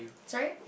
sorry